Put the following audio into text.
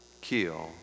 kill